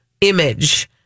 image